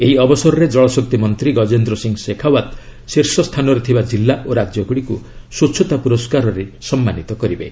ଏହି ଅବସରରେ ଜଳଶକ୍ତି ମନ୍ତ୍ରୀ ଗଜେନ୍ଦ୍ର ସିଂହ ଶେଖାଓ୍ୱତ୍ ଶୀର୍ଶ ସ୍ଥାନରେ ଥିବା ଜିଲ୍ଲା ଓ ରାଜ୍ୟଗୁଡ଼ିକୁ ସ୍ୱଚ୍ଚତା ପୁରସ୍କାରରେ ସମ୍ମାନିତ କରିବେ